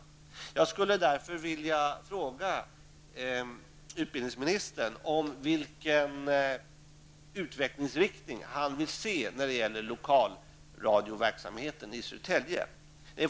Jag skulle vilja fråga utbildningsministern vilken utvecklingsriktning han vill se när det gäller lokalradioverksamheten i Sverige.